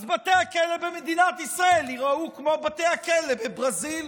אז בתי הכלא במדינת ישראל ייראו כמו בתי הכלא בברזיל.